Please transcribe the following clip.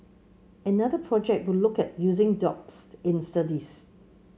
another project will look at using dogs in studies